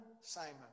Simon